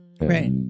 Right